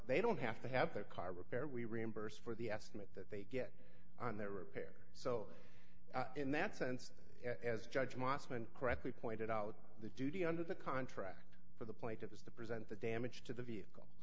they don't have to have their car repair we reimburse for the estimate that they get on their repair so in that sense as judge mosman correctly pointed out the duty under the contract for the plaintiff is the present the damage to the vehicle